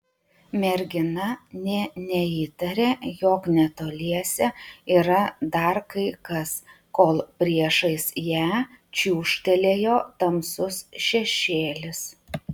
mergina nė neįtarė jog netoliese yra dar kai kas kol priešais ją čiūžtelėjo tamsus šešėlis